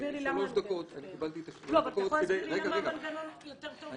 שלוש דקות כדי --- אבל אתה יכול להסביר לי למה המנגנון יותר טוב?